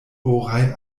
oraj